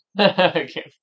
Okay